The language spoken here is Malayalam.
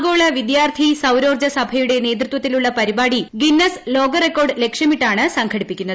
ആഗോള വിദ്യാർത്ഥി സൌരോർജ്ജസഭയുടെ നേതൃത്പ്തിലുള്ള പരിപാടി ഗിന്നസ് ലോക റെക്കോർഡ് ലക്ഷ്യമിട്ടാണ് സംഘടിപ്പിക്കുന്നത്